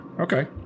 Okay